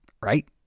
right